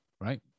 Right